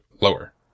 lower